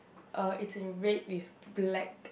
uh it's in red with black